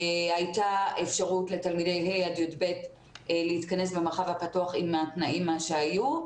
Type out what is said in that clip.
הייתה אפשרות לתלמידי ה' עד י"ב להתכנס במרחב הפתוח עם התנאים שהיו.